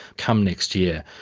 come next year,